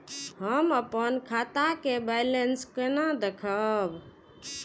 हम अपन खाता के बैलेंस केना देखब?